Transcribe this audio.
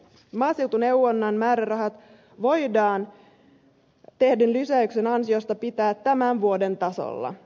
maaseutuneuvonnan määrärahat voidaan tehdyn lisäyksen ansiosta pitää tämän vuoden tasolla